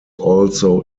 also